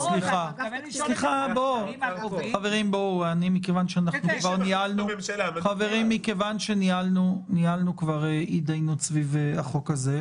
חברים מכיוון שכבר ניהלנו התדיינות סביב החוק הזה,